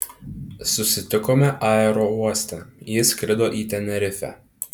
susitikome aerouoste ji skrido į tenerifę